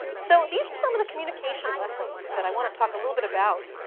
so, these are some of the communication lessons that i want to talk a little bit about.